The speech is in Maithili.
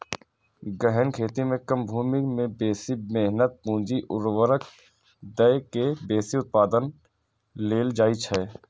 गहन खेती मे कम भूमि मे बेसी मेहनत, पूंजी, उर्वरक दए के बेसी उत्पादन लेल जाइ छै